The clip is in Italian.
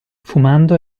fumando